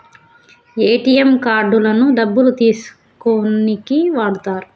ATM కార్డులను డబ్బులు తీసుకోనీకి వాడతరు